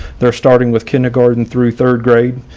they're starting with kindergarten through third grade.